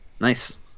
nice